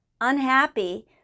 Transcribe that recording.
unhappy